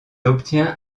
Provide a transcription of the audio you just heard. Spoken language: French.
obtient